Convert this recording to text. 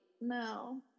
No